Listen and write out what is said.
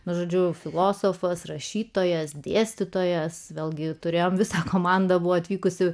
nu žodžiu filosofas rašytojas dėstytojas vėlgi turėjo visą komandą buvo atvykusi